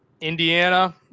Indiana